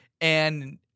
and-